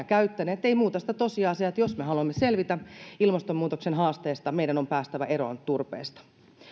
käyttäneet ei muuta sitä tosiasiaa että jos me haluamme selvitä ilmastonmuutoksen haasteesta meidän on päästävä eroon turpeesta